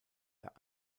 der